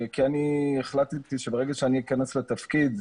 כי אני החלטתי שברגע שאכנס לתפקיד,